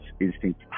instinct